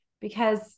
Because-